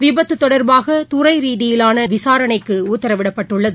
விபத்து தொடர்பாக துறை ரீதியிலான விசாரணைக்கு உத்தரவிடப்பட்டுள்ளது